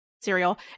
cereal